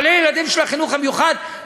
כולל ילדים של החינוך המיוחד,